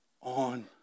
on